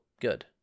good